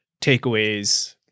takeaways